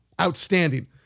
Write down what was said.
outstanding